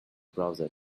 browser